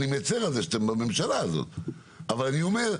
אני מצר על זה שאתם בממשלה הזאת אבל אני אומר,